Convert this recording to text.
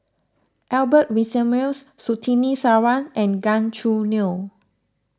Albert Winsemius Surtini Sarwan and Gan Choo Neo